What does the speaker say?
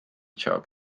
job